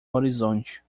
horizonte